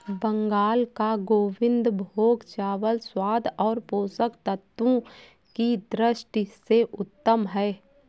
बंगाल का गोविंदभोग चावल स्वाद और पोषक तत्वों की दृष्टि से उत्तम है